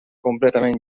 completament